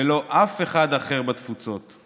ולא אף אחד אחר בתפוצות,